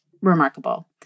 remarkable